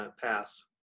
pass